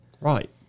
Right